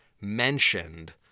mentioned